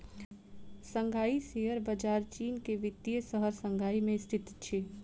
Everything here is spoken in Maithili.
शंघाई शेयर बजार चीन के वित्तीय शहर शंघाई में स्थित अछि